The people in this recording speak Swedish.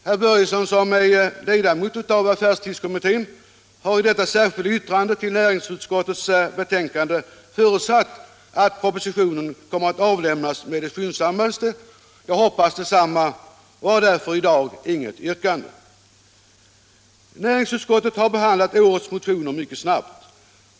Herr Börjesson, som är ledamot av affärstidskommittén, har i detta särskilda yttrande till näringsutskottets betänkande förutsatt att propositionen kommer att avlämnas med det skyndsammaste. Jag hoppas detsamma och har därför i dag inget yrkande. Näringsutskottet har behandlat årets motioner mycket snabbt.